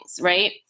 right